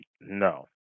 no